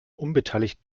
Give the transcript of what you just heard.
unbeteiligt